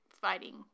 fighting